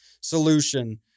solution